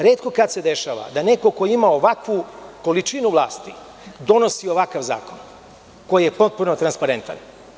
Retko kada se dešava da neko ko ima ovakvu količinu vlasti da donosi ovakav zakon koji je potpuno transparentan.